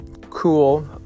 cool